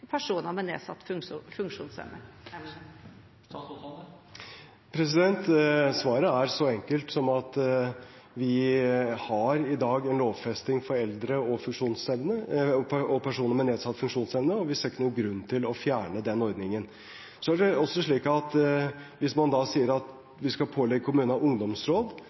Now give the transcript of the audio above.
personer med nedsatt funksjonsevne? Svaret er så enkelt som at vi har i dag en lovfesting for eldre og personer med nedsatt funksjonsevne, og vi ser ikke noen grunn til å fjerne den ordningen. Hvis man sier at man skal pålegge kommunene ungdomsråd, kan det være andre grupper som ønsker å ha et eget råd. Er det slik at man også skal pålegge